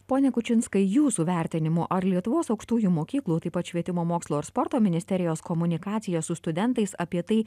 pone kučinskai jūsų vertinimu ar lietuvos aukštųjų mokyklų taip pat švietimo mokslo ir sporto ministerijos komunikacija su studentais apie tai